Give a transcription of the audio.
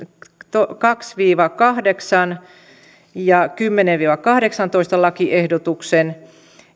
toinen viiva kahdeksas ja kymmenennen viiva kahdeksannentoista lakiehdotuksen